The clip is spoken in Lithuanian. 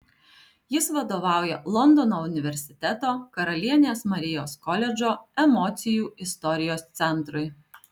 jis vadovauja londono universiteto karalienės marijos koledžo emocijų istorijos centrui